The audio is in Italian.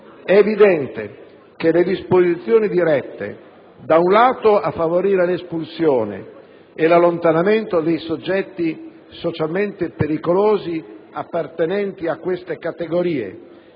è evidente che le disposizioni dirette da un lato a favorire l'espulsione e l'allontanamento dei soggetti socialmente pericolosi appartenenti a queste categorie,